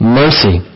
mercy